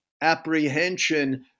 apprehension